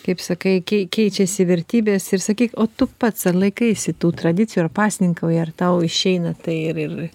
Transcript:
kaip sakai kei kei keičiasi vertybės ir sakyk o tu pats ar laikaisi tų tradicijų ar pasninkauja ar tau išeina tai ir ir